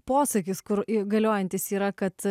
posakis kur galiojantys yra kad